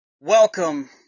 welcome